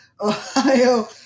Ohio